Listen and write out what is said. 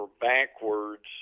backwards